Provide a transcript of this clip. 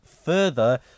Further